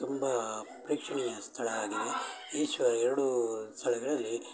ತುಂಬ ಪ್ರೇಕ್ಷಣೀಯ ಸ್ಥಳ ಆಗಿದೆ ಈಶ್ವರ ಎರಡೂ ಸ್ಥಳಗಳಲ್ಲಿ